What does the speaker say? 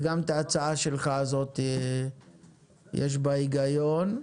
וגם את ההצעה שלך הזאת, יש בה היגיון.